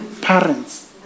parents